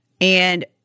And-